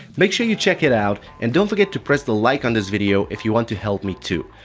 make sure you check it out and don't forget to press the like on this video if you want to help me too.